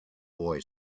boy